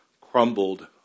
crumbled